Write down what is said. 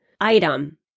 item